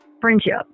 friendship